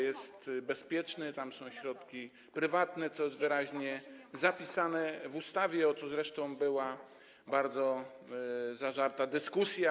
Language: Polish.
Jest bezpieczny, tam są środki prywatne, co jest wyraźnie zapisane w ustawie, o co zresztą toczyła się bardzo zażarta dyskusja.